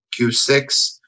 Q6